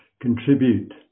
contribute